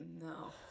No